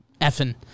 Effing